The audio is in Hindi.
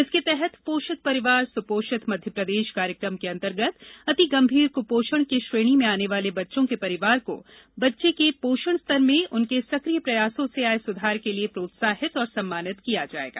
इसके तहत पोषित परिवार सुपोषित मध्यप्रदेश कार्यक्रम के अन्तर्गत अति गंभीर कृपोषण की श्रेणी में आने वाले बच्चों के परिवार को बच्चे के पोषण स्तर में उनके सक्रिय प्रयास से आयें सुधार के लिए प्रोत्साहित एवं सम्मानित किया जायेगा